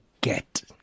get